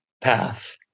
path